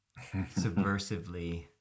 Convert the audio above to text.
subversively